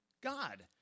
God